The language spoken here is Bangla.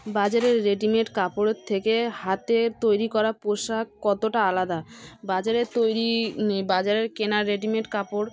বাজারের রেডিমেট কাপড়ের থেকে হাতের তৈরি করা পোশাক কতটা আলাদা বাজারের তৈরি বাজারের কেনা রেডিমেট কাপড়